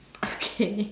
okay